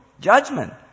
judgment